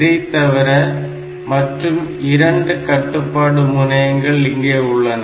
இதைத்தவிர மற்றும் இரண்டு கட்டுப்பாடு முனையங்கள் இங்கே உள்ளன